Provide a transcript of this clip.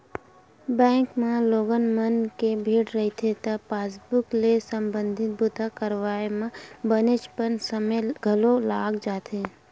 bank म लोगन मन के भीड़ रहिथे त पासबूक ले संबंधित बूता करवाए म बनेचपन समे घलो लाग जाथे